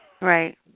Right